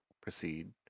proceed